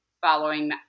following